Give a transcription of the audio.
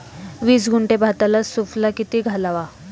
वीस गुंठे भाताला सुफला किती घालावा?